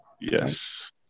Yes